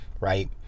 Right